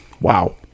Wow